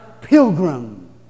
pilgrim